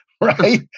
right